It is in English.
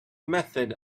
method